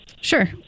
Sure